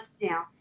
now